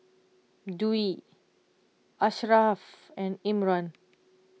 Dwi Asharaff and Imran